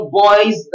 boys